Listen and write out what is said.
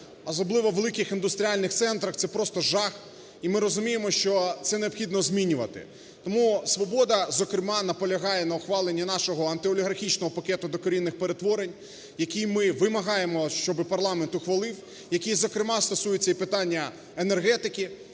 особливо в великих індустріальних центрах, це просто жах, і ми розуміємо, що це необхідно змінювати. Тому "Свобода", зокрема, наполягає на ухваленні нашого антиолігархічного пакету докорінних перетворень, які ми вимагаємо, щоби парламент ухвалив, які, зокрема, стосуються і питання енергетики,